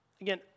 Again